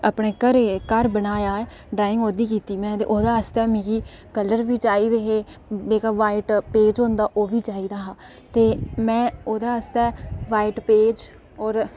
अपना घर बनाया ऐ ड्राइंग ओह्दी कीती में ओह्दे आस्तै मिगी कल्लर बी चाहिदे हे जेह्का व्हाइट पेज हुदां ऐ ओह् बी चाहिदा हा ते में ओह्दे आस्तै व्हाइट पेज